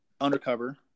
Undercover